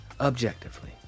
objectively